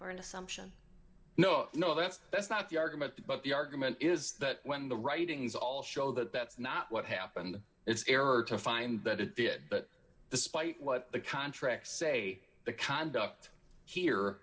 for an assumption no no that's that's not the argument but the argument is that when the writings all show that that's not what happened it's error to find that it did but despite what the contracts say the conduct here